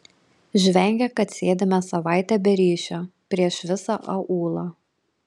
žvengia kad sėdime savaitę be ryšio prieš visą aūlą